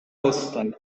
rozstaj